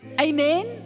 Amen